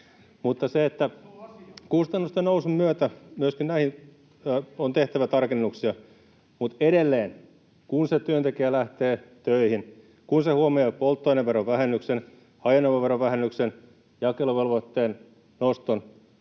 Iso asia!] Kustannusten nousun myötä myöskin näihin on tehtävä tarkennuksia, mutta edelleen, kun se työntekijä lähtee töihin ja kun huomioi polttoaineverovähennyksen, ajoneuvoverovähennyksen, jakeluvelvoitteen noston